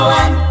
one